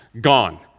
gone